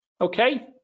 Okay